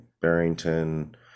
Barrington